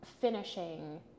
finishing